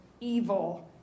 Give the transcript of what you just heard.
evil